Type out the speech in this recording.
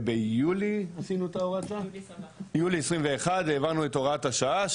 וביולי 2021 העברנו את הוראת השעה,